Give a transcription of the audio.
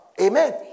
Amen